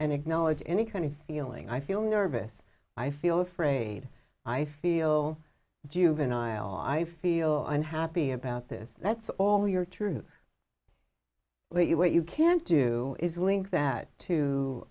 and acknowledge any kind of feeling i feel nervous i feel afraid i feel juvenile i feel i'm happy about this that's all your truth but you what you can't do is link that to